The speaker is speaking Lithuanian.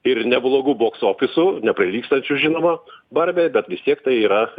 ir neblogų boks ofisu neprilygstančiu žinoma barbei bet vis tiek tai yra